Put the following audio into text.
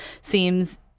seems